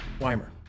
Weimer